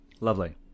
Lovely